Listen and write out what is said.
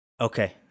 Okay